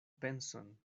penson